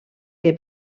que